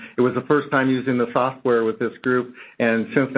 it was the first time using the software with this group and, since then,